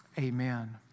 Amen